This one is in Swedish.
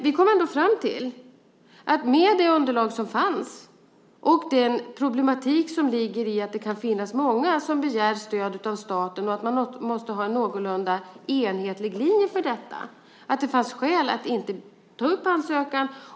Vi kom ändå fram till att med det underlag som fanns och den problematik som ligger i att det kan finnas många som begär stöd av staten och att man måste ha en någorlunda enhetlig linje för detta så fanns det skäl att inte ta upp ansökan.